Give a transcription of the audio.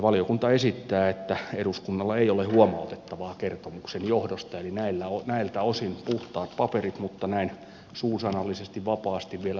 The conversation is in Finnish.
valiokunta esittää että eduskunnalla ei ole huomautettavaa kertomuksen johdosta eli näiltä osin puhtaat paperit mutta näin suusanallisesti vapaasti vielä sanottuna